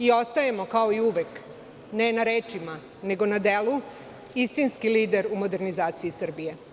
Ostajemo kao i uvek, ne na rečima nego na delu istinski lider u modernizaciji Srbije.